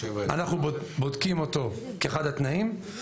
אנחנו בודקים אותו כאחד התנאים.